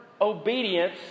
obedience